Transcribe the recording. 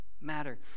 matter